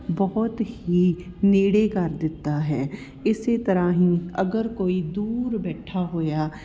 ਬਹੁਤ ਹੀ ਨੇੜੇ ਕਰ ਦਿੱਤਾ ਹੈ ਇਸੇ ਤਰ੍ਹਾਂ ਹੀ ਅਗਰ ਕੋਈ ਦੂਰ ਬੈਠਾ ਹੋਇਆ